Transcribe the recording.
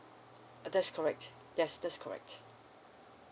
uh that's correct yes that's correct